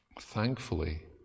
Thankfully